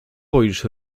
boisz